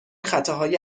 خطاهای